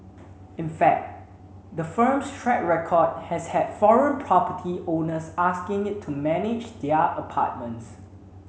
in fact the firm's track record has had foreign property owners asking it to manage their apartments